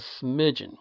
smidgen